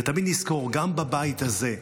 ותמיד נזכור, גם בבית הזה,